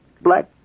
black